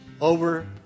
over